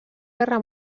guerra